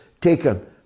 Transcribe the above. taken